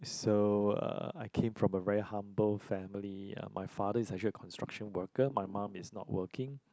so uh I came from a very humble family uh my father is actually a construction worker my mum is not working